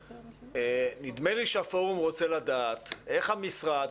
נדמה לי שהפורום רוצה לדעת איך המשרד,